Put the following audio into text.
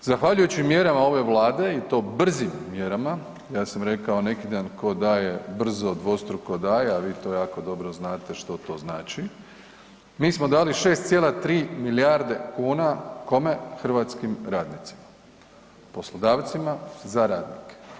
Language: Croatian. Zahvaljujući mjerama ove vlade i to brzim mjerama, ja sam rekao neki dan ko daje brzo dvostruko daje, a vi to jako dobro znate što to znači, mi smo dali 6,3 milijarde kuna, kome, hrvatskim radnicima, poslodavcima za radnike.